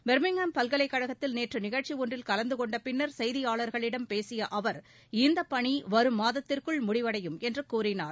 Birmingham பல்கலைக்கழகத்தில் நேற்று நிகழ்ச்சி ஒன்றில் கலந்து கொண்ட பின்னர் செய்தியாளர்களிடம் பேசிய அவர் இந்தப் பணி வரும் மாதத்திற்குள் முடிவடையும் என்று கூறினார்